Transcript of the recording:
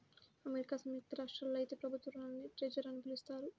America సంయుక్త రాష్ట్రాల్లో అయితే ప్రభుత్వ రుణాల్ని ట్రెజర్ అని పిలుస్తారు